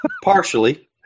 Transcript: Partially